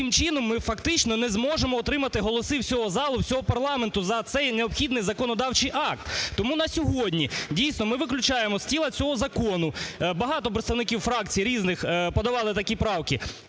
таким чином, ми фактично не зможемо отримати голоси всього залу, всього парламенту за цей необхідний законодавчий акт. Тому на сьогодні, дійсно, ми виключаємо з тіла цього закону, багато представників фракцій різних подавали такі правки,